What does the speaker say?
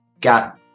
got